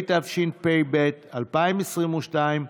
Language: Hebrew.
התשפ"ב 2022,